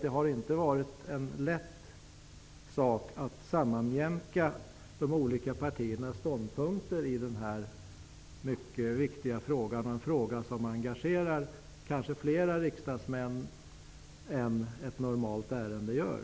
Det har inte varit en lätt sak att sammanjämka de olika partiernas ståndpunkter i denna mycket viktiga fråga, som kanske engagerar fler riksdagsmän än ett ärende normalt gör.